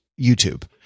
YouTube